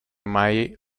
mai